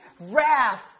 wrath